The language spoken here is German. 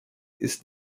ist